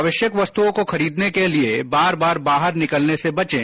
आवश्यक वस्तुओं को खरीदने के लिए बार बार बाहर निकलने से बचें